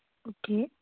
okay